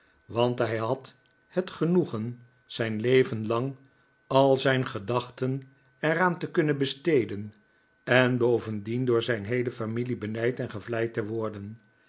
want hij had het genoegen zijn leven lang al zijn gedachten er aan te kunnen besteden en bovendien door zijn heele familie benijd en gevleid te worden